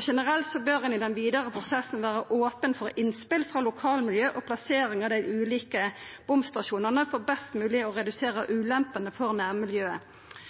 Generelt bør ein i den vidare prosessen vera open for innspel frå lokalmiljøet og plassering av dei ulike bomstasjonane, for best mogleg å redusera ulempene for nærmiljøet.